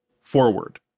Forward